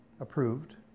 approved